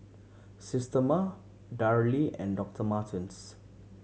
Systema Darlie and Doctor Martens